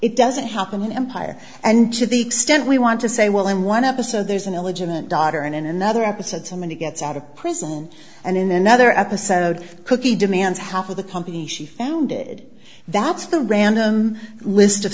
it doesn't happen in empire and to the extent we want to say well in one episode there's an illegitimate daughter and in another episode too many gets out of prison and in another episode cookie demands half of the company she founded that's the random list of